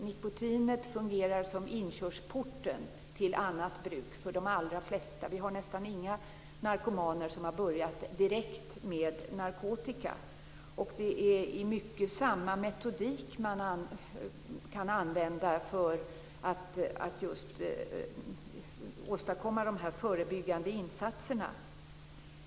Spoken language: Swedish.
Nikotinet fungerar som inkörsporten till annat bruk för de allra flesta. Vi har nästan inga narkomaner som har börjat direkt med narkotika, och det är i stor utsträckning samma metodik som man kan använda för att åstadkomma de här förebyggande insatserna.